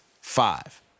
five